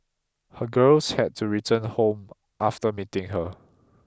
her girls had to return home after meeting her